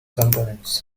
components